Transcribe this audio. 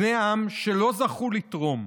בני העם שלא זכו לתרום.